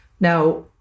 Now